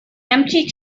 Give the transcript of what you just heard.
empty